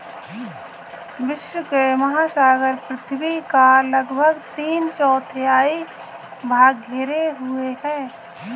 विश्व के महासागर पृथ्वी का लगभग तीन चौथाई भाग घेरे हुए हैं